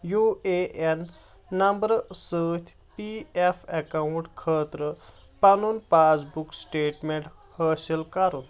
U A N نَمبرٕ سۭتۍ P F account خٲطرٕ پَنُن پاس بُک سِٹیٹمیٚنٛٹ حٲصِل کَرُن